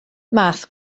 math